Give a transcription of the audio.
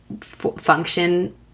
function